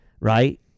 right